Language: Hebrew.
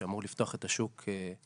שאמורה לפתוח את השוק לתחרות,